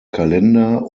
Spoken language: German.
kalender